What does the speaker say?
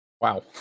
Wow